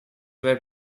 were